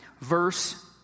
verse